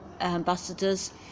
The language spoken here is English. ambassadors